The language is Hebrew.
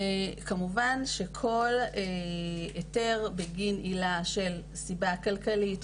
כמובן שכל היתר בגין עילה לשל סיבה כלכלית,